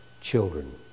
children